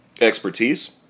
expertise